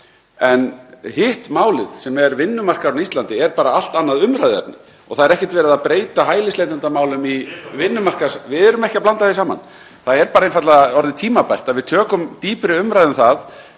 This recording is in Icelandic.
En hitt málið, sem er vinnumarkaðurinn á Íslandi, er bara allt annað umræðuefni. Það er ekkert verið að breyta hælisleitendamálum í vinnumarkaðsmál (Gripið fram í.) — við erum ekki að blanda því saman. Það er bara einfaldlega orðið tímabært að við tökum dýpri umræðu um það